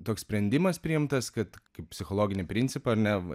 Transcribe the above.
toks sprendimas priimtas kad kaip psichologinį principą ar ne